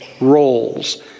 roles